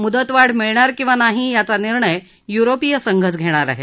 मुदतवाढ मिळणार किंवा नाही याचा निर्णय युरोपीय संघच घेणार आहे